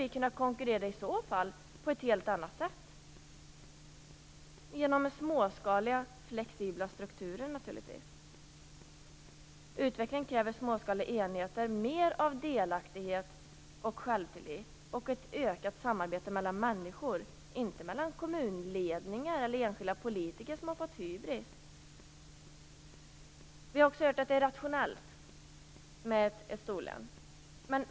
Då måste vi konkurrera på ett helt annat sätt, nämligen med hjälp av småskaliga flexibla strukturer. Utvecklingen av småskaliga enheter kräver mer av delaktighet och självtillit, dvs. ett ökat samarbete mellan människor, inte mellan kommunledningar eller enskilda politiker som har fått hybris. Vi har också hört att det är rationellt med ett storlän.